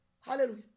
Hallelujah